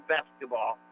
Basketball